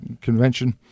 Convention